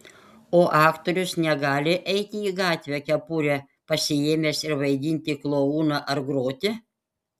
o aktorius negali eiti į gatvę kepurę pasiėmęs ir vaidinti klouną ar groti